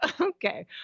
Okay